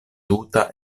tuta